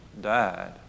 died